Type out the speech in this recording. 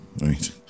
right